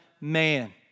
man